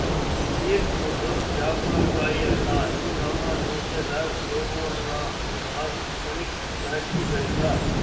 pears ಅಂದುರ್ ಜಾಪುಳಕಾಯಿ ಹಣ್ಣ ಇದು ನಮ್ ದೇಶ ದಾಗ್ ಸೇಬು ಹಣ್ಣ ಆದ್ ಬಳಕ್ ಜಾಸ್ತಿ ಬೆಳಿತಾರ್